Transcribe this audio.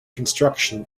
construction